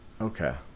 Okay